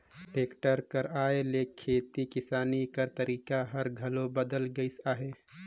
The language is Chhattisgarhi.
टेक्टर कर आए ले खेती किसानी कर तरीका हर घलो बदेल गइस अहे